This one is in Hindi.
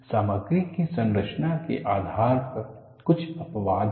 सामग्री की संरचना के आधार पर कुछ अपवाद हैं